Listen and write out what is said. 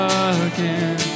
again